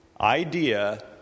idea